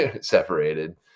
separated